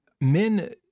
Men